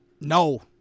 No